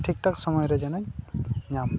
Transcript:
ᱴᱷᱤᱠ ᱴᱷᱟᱠ ᱥᱳᱢᱳᱭ ᱨᱮ ᱡᱮᱱᱚ ᱧᱟᱢ